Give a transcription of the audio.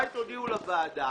אולי תודיעו לוועדה,